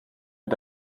mit